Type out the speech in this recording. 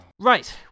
Right